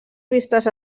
vistes